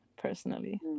Personally